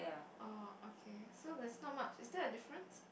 oh okay so there's not much is there a difference